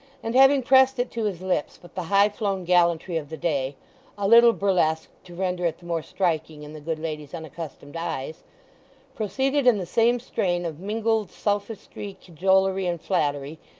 and having pressed it to his lips with the highflown gallantry of the day a little burlesqued to render it the more striking in the good lady's unaccustomed eyes proceeded in the same strain of mingled sophistry, cajolery, and flattery,